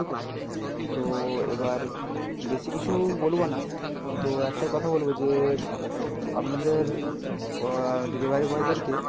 ঠিক আছে তো এবার কি বেশি কিছু বলবো না তো একটাই কথা বলবো যে আপনাদের ডেলিভারি বয়দেরকে